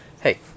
Hey